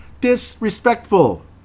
Disrespectful